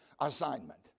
assignment